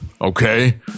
Okay